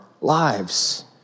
lives